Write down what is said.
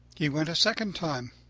he went a second time,